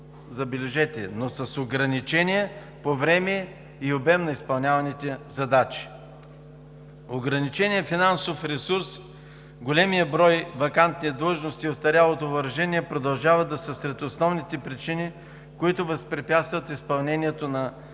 забележете, но с ограничение по време и обем на изпълняваните задачи. Ограниченият финансов ресурс, големият брой вакантни длъжности, остарялото въоръжение продължават да са сред основните причини, които възпрепятстват изпълнението на приетите